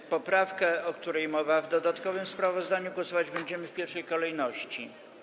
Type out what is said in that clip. Nad poprawką, o której mowa w dodatkowym sprawozdaniu, głosować będziemy w pierwszej kolejności.